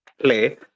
play